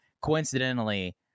coincidentally